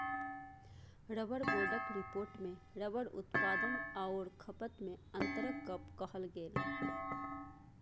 rubber बोर्डक रिपोर्टमे rubber उत्पादन आओर खपतमे अन्तरक गप कहल गेल